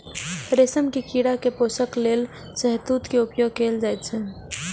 रेशम के कीड़ा के पोषण लेल शहतूत के उपयोग कैल जाइ छै